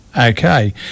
Okay